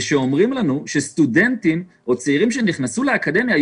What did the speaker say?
שאומרים לנו שסטודנטים או צעירים שנכנסו לאקדמיה,